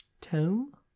Tome